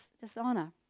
dishonor